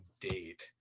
date